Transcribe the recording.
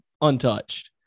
untouched